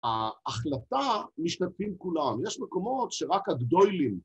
ההחלטה משתתפים כולם, יש מקומות שרק הגדולים.